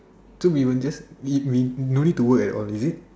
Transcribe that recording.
to be but just we we don't need to work at all is it